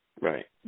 Right